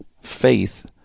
faith